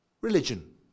religion